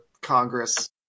Congress